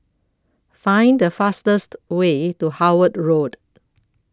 Find The fastest Way to Howard Road